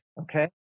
Okay